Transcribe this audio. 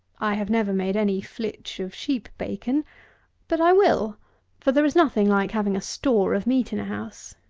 i have never made any flitch of sheep-bacon but i will for there is nothing like having a store of meat in a house.